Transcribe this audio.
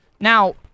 Now